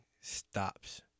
stops